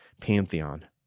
pantheon